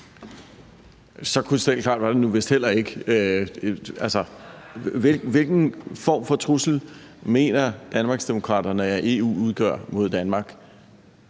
Så krystalklart var det nu vist heller ikke. Altså, hvilken form for trussel mener Danmarksdemokraterne at EU udgør mod Danmark?